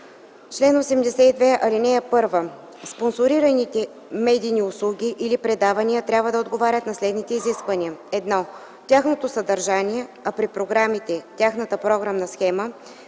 „Чл. 82. (1) Спонсорираните медийни услуги или предавания трябва да отговарят на следните изисквания: 1. тяхното съдържание, а при програмите – тяхната програмна схема,